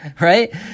Right